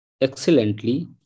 excellently